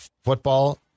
football